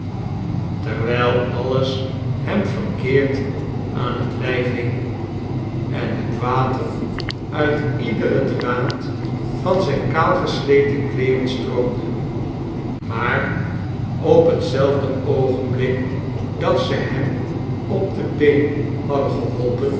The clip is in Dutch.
terwijl alles hem verkeerd aan t lijf hing en het water uit iederen draad van zijn kaalgesleten kleeren stroomde maar op t zelfde oogenblik dat ze hem op de been hadden geholpen